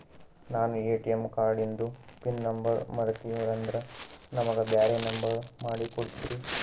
ನಾನು ಎ.ಟಿ.ಎಂ ಕಾರ್ಡಿಂದು pin number ಮರತೀವಂದ್ರ ನಮಗ ಬ್ಯಾರೆ ನಂಬರ್ ಮಾಡಿ ಕೊಡ್ತೀರಿ?